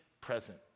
present